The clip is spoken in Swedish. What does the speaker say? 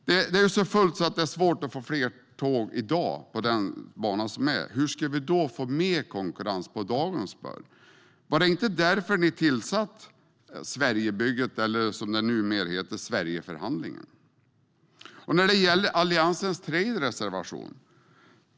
Det är ju så fullt att det är svårt att få fler tåg i dag på den bana som är. Hur ska vi då få mer konkurrens på dagens spår? Var det inte därför ni tillsatte Sverigebygget eller, som det numera heter, Sverigeförhandlingen? Sedan gäller det Alliansens tredje reservation.